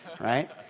right